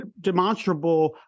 demonstrable